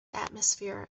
atmosphere